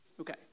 Okay